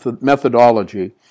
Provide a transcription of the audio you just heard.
methodology